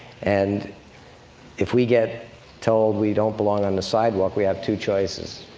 and if we get told we don't belong on the sidewalk, we have two choices.